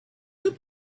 good